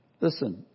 listen